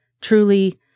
truly